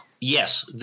Yes